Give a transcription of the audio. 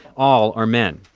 all are men.